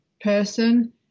person